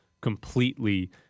completely